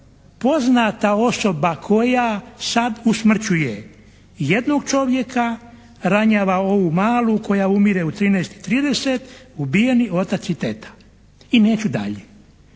poznata osoba koja sad usmrćuje jednog čovjeka, ranjava ovu malu koja umire u 13,30, ubijeni otac i teta. I neću dalje.